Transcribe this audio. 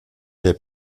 der